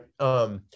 right